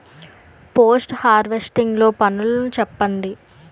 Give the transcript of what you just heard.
Post harvesting లో పనులను చెప్పండి?